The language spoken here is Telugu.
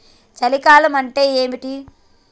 చలి గాలి అంటే ఏమిటి?